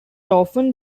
often